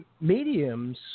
mediums